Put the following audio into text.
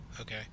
Okay